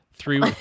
three